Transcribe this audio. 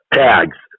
tags